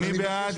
אם לא,